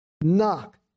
Knock